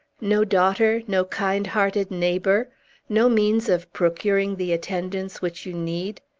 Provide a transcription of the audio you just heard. no daughter no kind-hearted neighbor no means of procuring the attendance which you need?